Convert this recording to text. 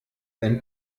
ein